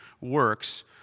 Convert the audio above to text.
works